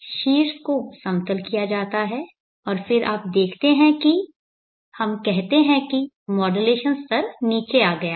शीर्ष को समतल किया जाता है और फिर आप देखते हैं कि हम कहते हैं कि माड्यूलेशन स्तर नीचे आ गया है